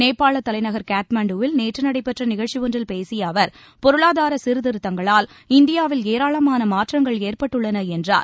நேபாளத் தலைநகர் காத்மாண்டுவில் நேற்று நடைபெற்ற நிகழ்ச்சி ஒன்றில் பேசிய அவர் பொருளாதார சீர்திருத்தங்களால் இந்தியாவில் ஏராளமான மாற்றங்கள் ஏற்பட்டுள்ளன என்றார்